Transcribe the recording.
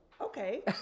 okay